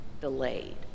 delayed